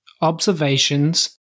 observations